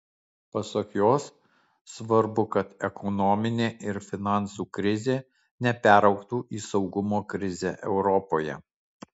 pasak jos svarbu kad ekonominė ir finansų krizė neperaugtų į saugumo krizę europoje